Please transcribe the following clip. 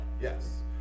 yes